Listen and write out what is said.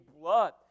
blood